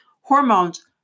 hormones